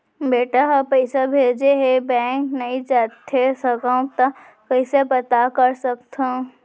बेटा ह पइसा भेजे हे बैंक नई जाथे सकंव त कइसे पता कर सकथव?